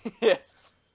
yes